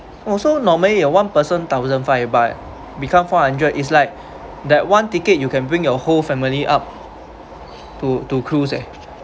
oh so normally uh one person thousand five but become four hundred is like that one ticket you can bring your whole family up to to cruise eh